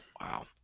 Wow